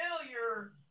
Failure